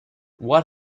what